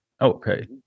Okay